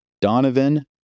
Donovan